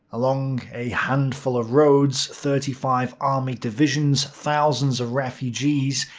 along a handful of roads, thirty five army divisions, thousands of refugees,